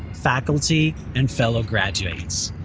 faculty, and fellow graduates,